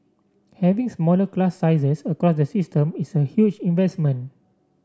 having smaller class sizes across the system is a huge investment